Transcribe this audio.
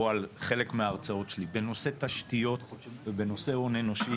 או חלק מההרצאות שלי בנושא תשתיות ובנושא הון אנושי.